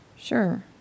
Sure